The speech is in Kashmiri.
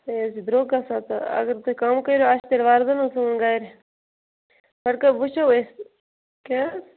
ہے یہِ چھُ دروٚگ گَژھان تہٕ اگر تُہۍ کَم کٔرِو اَسہِ چھُ تیٚلہِ وردن اوس سُوُن گَرِ گۄڈٕ وٕچھو أسۍ کیٛاہ حظ